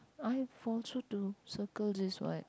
I've also to circle this what